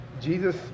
Jesus